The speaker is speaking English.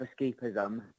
escapism